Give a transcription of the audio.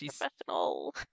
professional